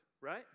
right